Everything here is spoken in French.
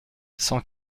cent